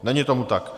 Není tomu tak.